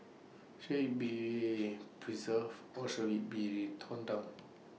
should IT be preserved or should IT be torn down